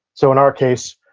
so, in our case,